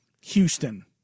Houston